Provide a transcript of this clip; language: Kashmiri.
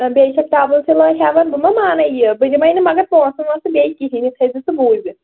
بیٚیہِ چھَکھ ٹرٛبُل سِلٲے ہٮ۪وان بہٕ ما مانَے یہِ بہٕ دِمَے نہٕ مگر پونٛسہٕ وٲنٛسہٕ بیٚیہِ کِہیٖنۍ یہِ تھٲوزِ ژٕ بوٗزِتھ